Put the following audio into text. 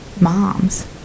moms